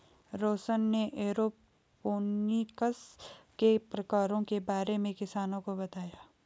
रौशन ने एरोपोनिक्स के प्रकारों के बारे में किसानों को बताया